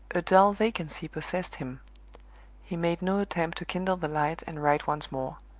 a dull vacancy possessed him he made no attempt to kindle the light and write once more.